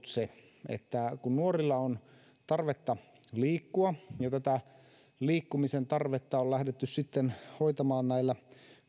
se että kun nuorilla on tarvetta liikkua ja tätä liikkumisen tarvetta on lähdetty hoitamaan näillä